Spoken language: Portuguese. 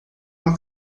uma